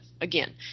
again